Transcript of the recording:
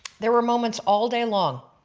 there were moments all day long